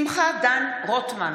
שמחה דן רוטמן,